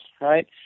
right